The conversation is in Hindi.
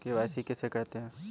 के.वाई.सी किसे कहते हैं?